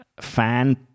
fan